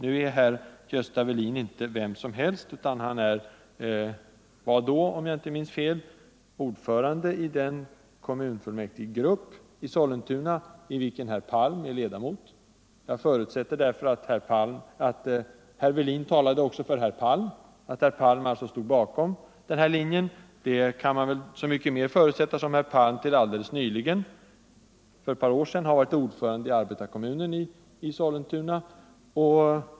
Nu är herr Gösta Welin inte vem som helst, utan han var då, om jag inte minns fel, ordförande i den kommunfullmäktigegrupp i Sollentuna i vilken herr Palm är ledamot. Jag förutsätter därför att herr Welin talade också för herr Palm, att herr Palm alltså stod bakom den här linjen. Det kan man så mycket mer förutsätta som herr Palm till för ett par år sedan var ordförande i den socialdemokratiska arbetarkommunen i Sollentuna.